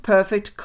Perfect